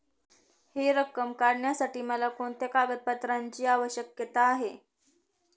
हि रक्कम काढण्यासाठी मला कोणत्या कागदपत्रांची आवश्यकता आहे?